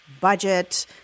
budget